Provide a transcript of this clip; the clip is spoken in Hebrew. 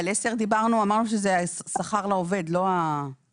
אבל 10 דיברנו, אמרנו שזה השכר לעובד, לא השיפוי.